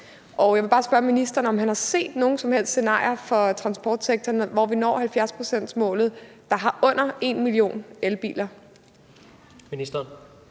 Og jeg vil bare spørge ministeren, om han har set nogen som helst scenarier for transportsektoren, hvor vi når 70-procentsmålet, og hvor der er under 1 million elbiler.